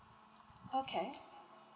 okay